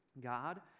God